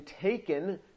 taken